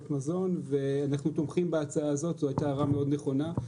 מזון ואנחנו תומכים בהצעה הזאת זו הייתה הערה מאוד נכונה,